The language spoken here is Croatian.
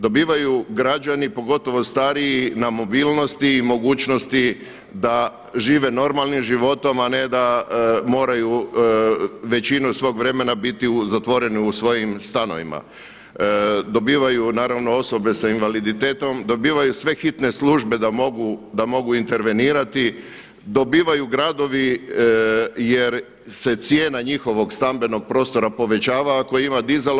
Dobivaju građani pogotovo stariji na mobilnosti i na mogućnosti da žive normalnim životom a ne da moraju većinu svog vremena biti zatvoreni u svojim stanovima, dobivaju naravno osobe sa invaliditetom, dobivaju sve hitne službe da mogu intervenirati, dobivaju gradovi jer se cijena njihovog stambenog prostora povećava ako ima dizalo.